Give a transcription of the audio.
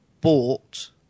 bought